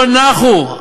לא נחו,